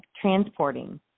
transporting